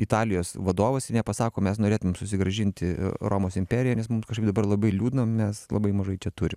italijos vadovas ir nepasako mes norėtumėm susigrąžinti romos imperiją nes mums kažkaip dabar labai liūdna mes labai mažai čia turi